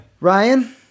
Ryan